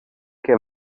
que